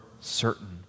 certain